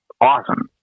awesome